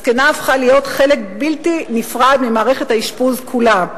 הזקנה הפכה להיות חלק בלתי נפרד ממערכת האשפוז כולה.